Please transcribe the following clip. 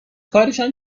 کارشان